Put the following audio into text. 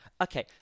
Okay